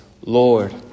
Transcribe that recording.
Lord